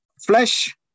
flesh